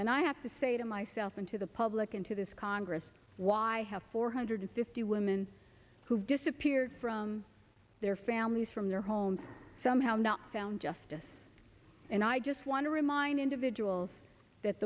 and i have to say to myself and to the public and to this congress why have four hundred fifty women who disappeared from their families from their homes somehow not found justice and i just want to remind individuals that